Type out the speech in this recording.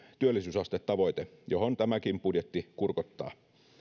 työllisyysastetavoite johon tämäkin budjetti kurkottaa